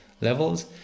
levels